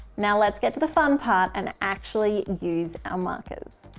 now, let's get to the fun part and actually use our markers.